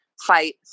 fight